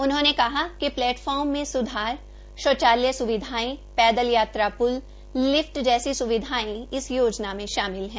उन्होंने कहा कि प्लेटफार्म में स्धार शौचालय स्विधायें पैदल यात्रा प्ल लिफ्ट और एस्कालेटर जैसी स्विधायें इस योजना में शामिल है